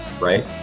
right